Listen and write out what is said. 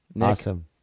Awesome